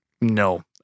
no